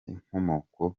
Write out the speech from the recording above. inkomoko